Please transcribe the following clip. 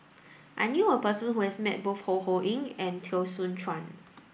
I knew a person who has met both Ho Ho Ying and Teo Soon Chuan